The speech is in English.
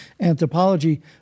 anthropology